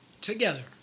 together